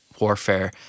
warfare